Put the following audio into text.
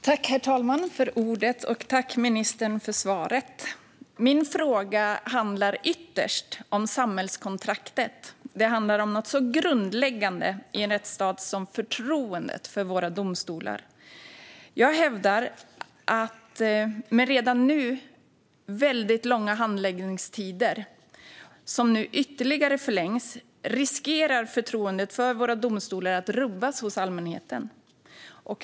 Herr talman! Tack, ministern, för svaret! Min fråga handlar ytterst om samhällskontraktet och om något så grundläggande i en rättsstat som förtroendet för våra domstolar. Jag hävdar att med redan nu väldigt långa handläggningstider, som nu ytterligare förlängs, riskerar förtroendet för våra domstolar att rubbas hos allmänheten.